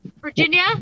virginia